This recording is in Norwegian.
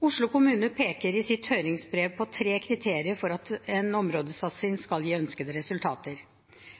Oslo kommune peker i sitt høringsbrev på tre kriterier for at en områdesatsing skal gi ønskede resultater.